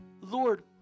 Lord